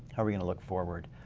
how are we gonna look forward?